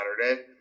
Saturday